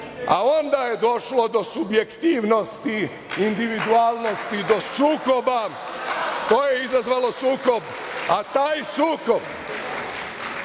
a onda je došlo do subjektivnosti, individualnosti, do sukoba. To je izazvalo sukob, a taj